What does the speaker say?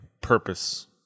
purpose